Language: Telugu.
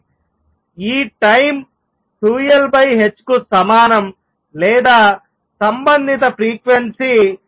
ఈ టైం 2Lh కు సమానం లేదా సంబంధిత ఫ్రీక్వెన్సీ v2L